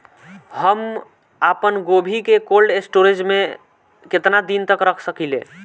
हम आपनगोभि के कोल्ड स्टोरेजऽ में केतना दिन तक रख सकिले?